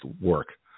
work